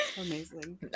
Amazing